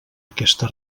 aquesta